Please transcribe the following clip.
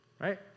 Right